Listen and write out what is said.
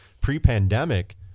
Pre-pandemic